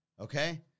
Okay